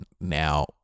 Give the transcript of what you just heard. now